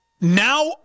now